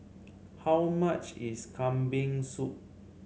how much is Kambing Soup